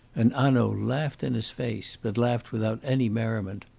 and hanaud laughed in his face, but laughed without any merriment.